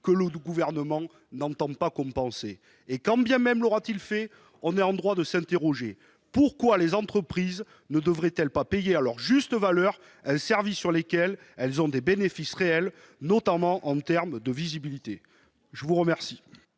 que le Gouvernement n'entend pas compenser. Et quand bien même l'aurait-il fait, l'on est en droit de s'interroger : pourquoi les entreprises ne devraient-elles pas payer à leur juste valeur un service sur lequel elles font des bénéfices réels, notamment en termes de visibilité ? Quel